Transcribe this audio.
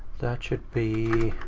that should be